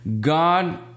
God